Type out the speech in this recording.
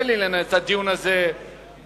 תן לי לנהל את הדיון הזה ברגיעה.